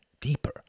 deeper